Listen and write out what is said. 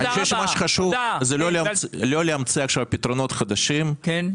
אני חושב שמה שחשוב זה לא להמציא עכשיו פתרונות חדשים אלא